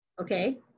okay